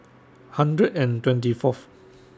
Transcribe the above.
one hundred and twenty Fourth